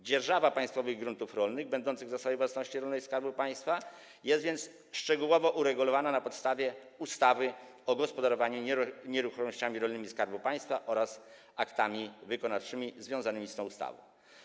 Dzierżawa państwowych gruntów rolnych będących w Zasobie Własności Rolnej Skarbu Państwa jest więc szczegółowo uregulowana na podstawie ustawy o gospodarowaniu nieruchomościami rolnymi Skarbu Państwa oraz aktów wykonawczych związanych z tą ustawą.